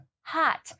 hot